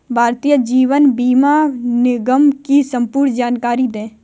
भारतीय जीवन बीमा निगम की संपूर्ण जानकारी दें?